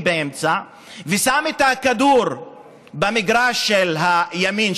באמצע ושם את הכדור במגרש של הימין,